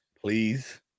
please